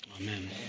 amen